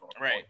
Right